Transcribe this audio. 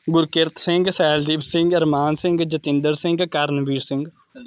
Gurkirat Singh Sehajdeep Singh Armaan Singh Jatinder Singh Karanvir Singh